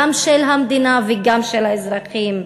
גם של המדינה וגם של האזרחים.